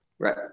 right